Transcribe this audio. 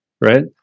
right